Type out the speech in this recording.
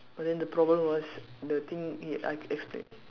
but then the problem was the thing it I expect